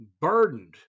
burdened